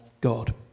God